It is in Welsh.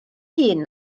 hŷn